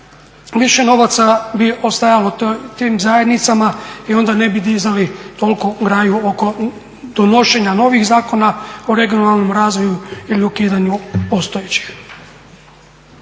više novaca bi ostajalo tim zajednicama i onda ne bi dizali toliko graju oko donošenja novih zakona o regionalnom razvoju ili ukidanju postojećih.